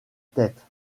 tête